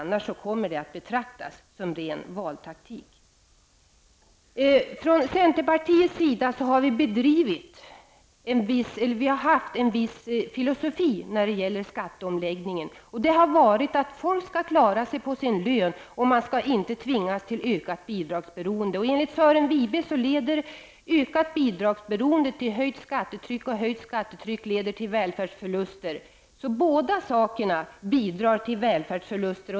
Annars kommer det att betraktas som ren valtaktik. Från centerpartiets sida har vi haft en viss filosofi när det gäller skatteomläggningen. Filosofin har gått ut på att folk skall klara sig på sin lön och att man inte skall tvingas till ökat bidragsberoende. Enligt Sören Wibe leder ökat bidragsberoende till höjt skattetryck. Höjt skattetryck leder i sin tur till välfärdsförluster. Båda sakerna bidrar alltså till välfärdsförluster.